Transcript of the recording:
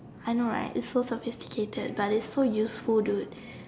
I know right it's so sophisticated but its so useful dude